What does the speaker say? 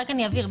רק אני אבהיר,